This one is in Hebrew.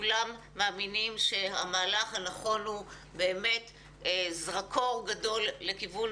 כולם מאמינים שהמהלך הנכון הוא זרקור גדול לכיוון